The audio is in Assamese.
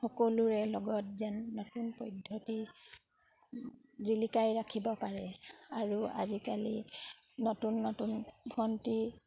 সকলোৰে লগত যেন নতুন পদ্ধতি জিলিকাই ৰাখিব পাৰে আৰু আজিকালি নতুন নতুন ভণ্টি